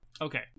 Okay